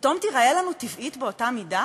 פתאום תיראה לנו טבעית באותה מידה,